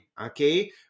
okay